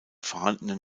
vorhandenen